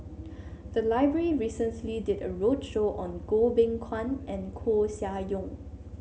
the library recently did a roadshow on Goh Beng Kwan and Koeh Sia Yong